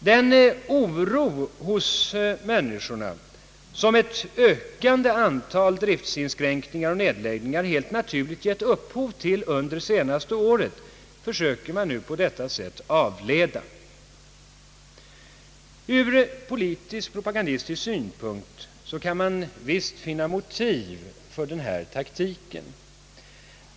Den oro hos människorna, som ett ökande antal driftsinskränkningar och nedläggningar helt naturligt har givit upphov till under det senaste året, försöker man nu på detta sätt avleda. Ur politisk propagandistisk synpunkt kan man visst finna motiv för denna taktik.